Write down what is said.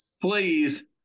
Please